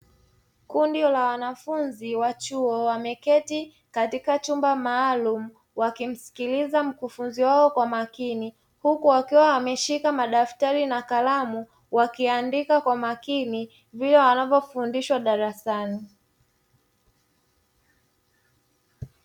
Kundi la wanafunzi wameketi katika chumba maalumu wakimsikiliza mkufunzi wao kwa umakini huku wakiwa wameshika madaftari na kalamu wakiandika kwa makini vyote wanavyofundishwa darasani.